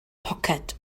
poced